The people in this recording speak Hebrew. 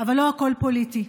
אבל לא הכול פוליטי,